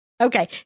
Okay